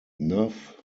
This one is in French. neuf